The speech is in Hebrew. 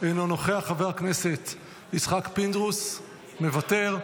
אינו נוכח, חבר הכנסת יצחק פינדרוס, מוותר,